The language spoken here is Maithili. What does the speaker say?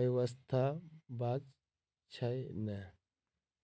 व्यवस्था बात छैय नै?